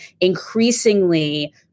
increasingly